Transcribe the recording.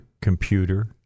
computer